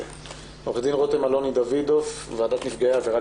עורכת הדין רותם אלוני דוידוף מוועדת נפגעי עבירה,